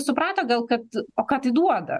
suprato gal kad o ką tai duoda